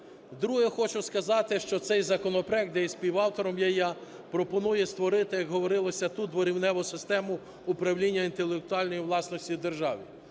Друге. Хочу сказати, що цей законопроект, де і співавтором є я, пропонує створити, як говорилося тут, дворівневу систему управління інтелектуальною власністю в державі.